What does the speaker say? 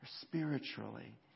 spiritually